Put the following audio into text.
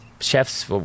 chefs